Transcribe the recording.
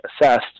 assessed